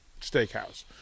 steakhouse